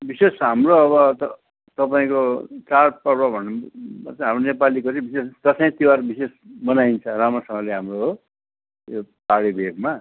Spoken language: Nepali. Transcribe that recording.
विशेष हाम्रो अब त तपाईँको चाड पर्व हाम्रो नेपाली को चाहिँ विशेष दसैँ तिहार विशेष मनाइन्छ राम्रोसँगले हो यो पहाडी भेगमा